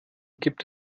gibt